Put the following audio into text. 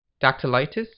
dactylitis